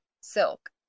silk